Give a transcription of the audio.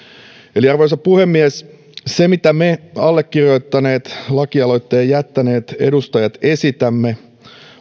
arvoisa puhemies se mitä me allekirjoittaneet lakialoitteen jättäneet edustajat esitämme